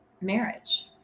marriage